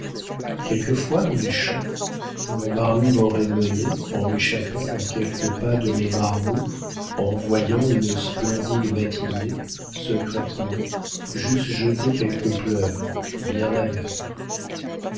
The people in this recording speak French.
quelquefois dans les champs où mon mari m'aurait menée en m'échappant à quelques pas de mes marmots en voyant une splendide matinée secrètement j'eusse jeté quelques pleurs bien amers